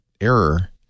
error